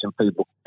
people